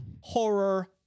horror